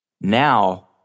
Now